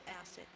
acid